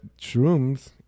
shrooms